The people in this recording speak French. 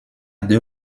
deux